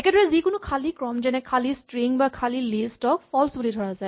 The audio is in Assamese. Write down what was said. একেদৰেই যিকোনো খালী ক্ৰম যেনে খালী ষ্ট্ৰিং বা খালী লিষ্ট ক ফল্চ বুলি ধৰা হয়